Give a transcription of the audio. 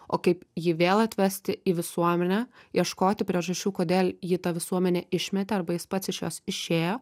o kaip jį vėl atvesti į visuomenę ieškoti priežasčių kodėl jį ta visuomenė išmetė arba jis pats iš jos išėjo